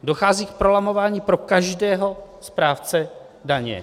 Dochází k prolamování pro každého správce daně.